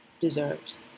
deserves